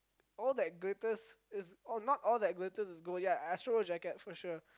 all that glitters is oh not all that glitters is gold ya Astroworld jacket for sure